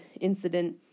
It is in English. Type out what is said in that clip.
incident